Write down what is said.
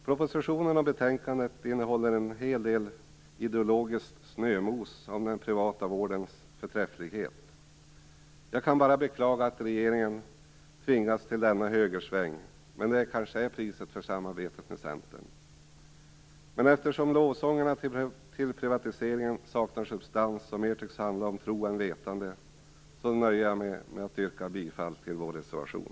Propositionen och betänkandet innehåller en hel del ideologiskt snömos om den privata vårdens förträfflighet. Jag kan bara beklaga att regeringen tvingats till denna högersväng, men det är kanske priset för samarbetet med Centern. Eftersom lovsångerna till privatiseringen saknar substans och mer tycks handla om tro än vetande, nöjer jag mig dock med att yrka bifall till vår reservation.